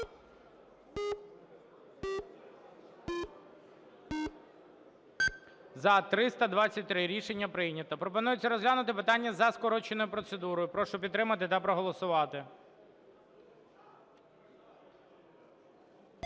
За-323 Рішення прийнято. Пропонується розглянути питання за скороченою процедурою. Прошу підтримати та проголосувати.